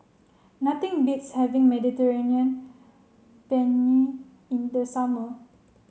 nothing beats having Mediterranean Penne in the summer